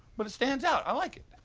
but, it stands out. i like it.